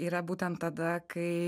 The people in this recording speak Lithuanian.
yra būtent tada kai